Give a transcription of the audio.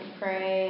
pray